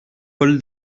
paul